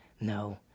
No